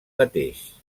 mateix